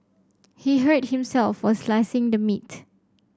he hurt himself while slicing the meat